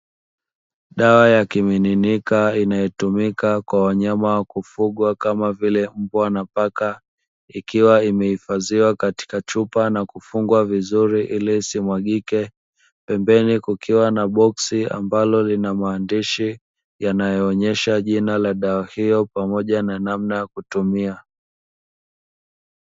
Dawa ya kumiminika inayotumika kwa wanyama wa kufugwa kama vile mbwa na paka, ikiwa imehifadhiwa katika chupa na kufungwa vizuri ili isimwagike, pembeni kukiwa na boksi ambalo lina maandishi, yanayoonyesha jina la dawa hiyo pamoja na namna ya kutumia.